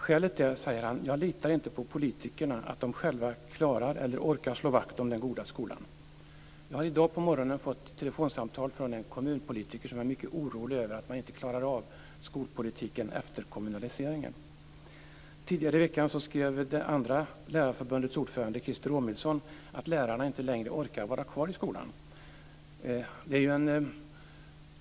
Skälet är följande, säger han: "Jag litar inte på att politikerna själva klarar eller orkar slå vakt om den goda skolan -." Jag har i dag på morgonen fått telefonsamtal från en kommunpolitiker som är mycket orolig över att man inte klarar av skolpolitiken efter kommunaliseringen. Tidigare i veckan skrev Lärarförbundets ordförande Christer Romilsson att lärarna inte längre orkar vara kvar i skolan.